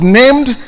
named